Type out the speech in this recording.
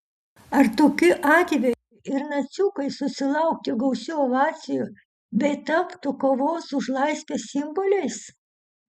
ar tokiu atveju ir naciukai susilaukti gausių ovacijų bei taptų kovos už laisvę simboliais